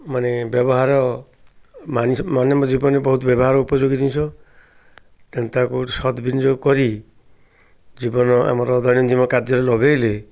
ମାନେ ବ୍ୟବହାର ଜୀବନରେ ବହୁତ ବ୍ୟବହାର ଉପଯୋଗୀ ଜିନିଷ ତେଣୁ ତା'କୁ ସଦ ବନିଯୋଗ କରି ଜୀବନ ଆମର ଦୈନନ୍ଦିନମ କାର୍ଯ୍ୟରେ ଲଗାଇଲେ